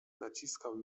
naciskał